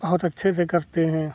बहुत अच्छे से करते हैं